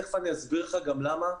תכף אני אסביר לך גם למה.